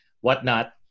whatnot